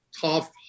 tough